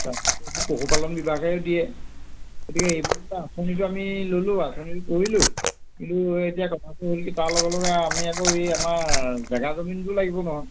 তাৰপা পশুপালন বিভাগে দিয়ে গতিকে এইবোৰ এটা আঁচনিটো আমি ল'লোঁ আঁচনিটো কৰিলোঁ কিন্তু এতিয়া কথাটো হ'ল কি তাৰ লগে লগে আমি আকৌ এই আমাৰ জেগা জমিনটো লাগিব নহয়